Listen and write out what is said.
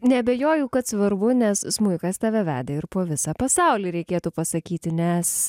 neabejoju kad svarbu nes smuikas tave vedė ir po visą pasaulį reikėtų pasakyti nes